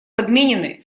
подменены